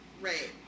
right